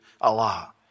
Allah